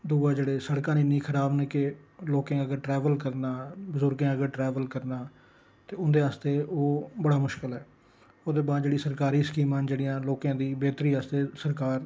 दूआ जेह्ड़ी सड़कां इन्नी जैदा खराब न कि लोकें अगर ट्रैवल करना बज़ुर्गें अगर ट्रैवल करना ते हुंदे आस्तै ओह् बड़ा मुश्किल ऐ ओह्दे बाद जेह्ड़ी सरकारी स्कीमां न लोकें दी बेह्तरी आस्तै